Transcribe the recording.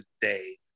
today